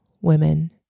women